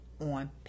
on